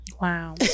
Wow